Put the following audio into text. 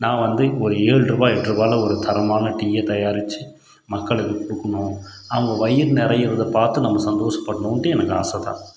நான் வந்து ஒரு ஏழ்ருபா எட்ருபாயில ஒரு தரமான டீயை தயாரிச்சு மக்களுக்கு கொடுக்கணும் அவங்க வயிறு நிறையிறத பார்த்து நம்ம சந்தோசப்படணுன்ட்டு எனக்கு ஆசைதான்